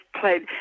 played